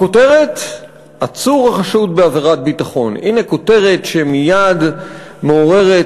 הכותרת "עצור החשוד בעבירת ביטחון" מייד מעוררת